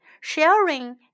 Sharing